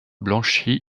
blanchie